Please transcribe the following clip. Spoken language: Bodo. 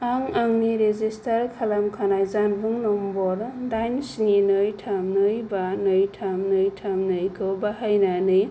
आं आंनि रेजिस्टार खालाम खानाय जानबुं नम्बर दाइन स्नि नै थाम बा नै थाम नै थाम नैखौ बाहायनानै